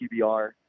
QBR